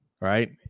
right